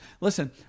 Listen